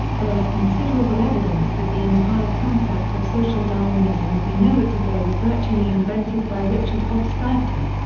there is considerable evidence that the entire concept of social darwinism as we know it today was virtually invented by richard hofstadter.